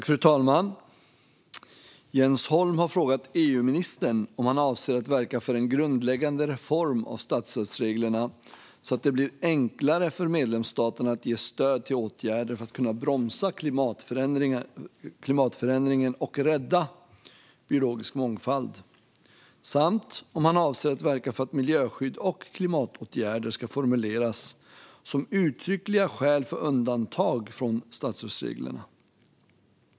Fru talman! Jens Holm har frågat EU-ministern om han avser att verka för en grundläggande reform av statsstödsreglerna så att det blir enklare för medlemsstaterna att ge stöd till åtgärder för att kunna bromsa klimatförändringen och rädda biologisk mångfald samt om han avser att verka för att miljöskydd och klimatåtgärder ska formuleras som uttryckliga skäl för undantag från statsstödsreglerna.